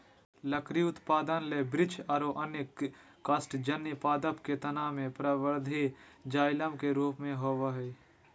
लकड़ी उत्पादन ले वृक्ष आरो अन्य काष्टजन्य पादप के तना मे परवर्धी जायलम के रुप मे होवअ हई